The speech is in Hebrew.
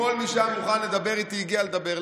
כל מי שהיה מוכן לדבר איתי, הגיע לדבר.